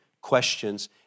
questions